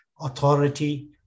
authority